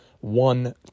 one